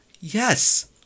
Yes